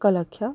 ଏକ ଲକ୍ଷ